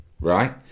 right